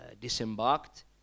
disembarked